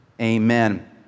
amen